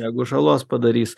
negu žalos padarys